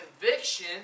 conviction